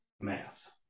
Math